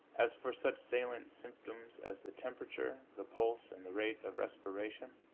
as for such salient symptoms as the temperature, the pulse and the rate of respiration,